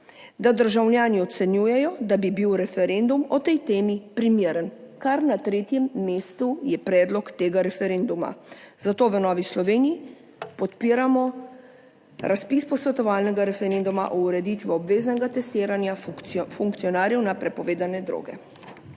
da državljani ocenjujejo, da bi bil referendum o tej temi primeren. Kar na tretjem mestu je predlog tega referenduma, zato v Novi Sloveniji podpiramo razpis posvetovalnega referenduma o ureditvi obveznega testiranja funkcionarjev na prepovedane droge.